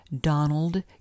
Donald